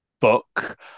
book